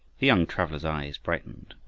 the young traveler's eyes brightened,